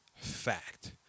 fact